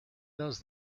does